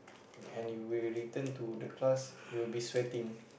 and you will return to the class you will be sweating